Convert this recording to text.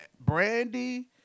Brandy